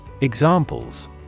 Examples